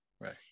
right